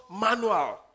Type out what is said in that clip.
manual